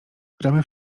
gramy